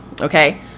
okay